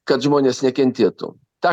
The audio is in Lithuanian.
kad žmonės nekentėtų tą